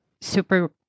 super